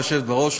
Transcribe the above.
היושבת בראש,